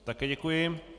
Také děkuji.